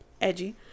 edgy